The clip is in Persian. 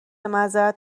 معذرت